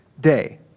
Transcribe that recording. day